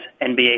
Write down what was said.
NBA